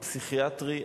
הפסיכיאטרי,